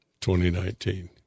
2019